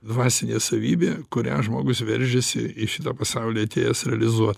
dvasinė savybė kurią žmogus veržiasi į šitą pasaulį atėjęs realizuot